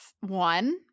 One